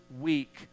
week